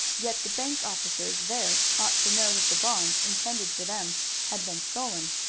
yet the bank officers there ought to know that the bonds intended for them had been stolen.